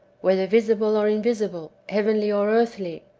whether visible or invisible, heavenly or earthly,